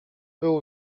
był